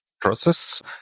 process